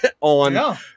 on